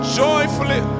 joyfully